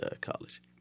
college